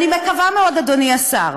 אני מקווה מאוד, אדוני השר,